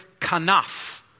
kanaf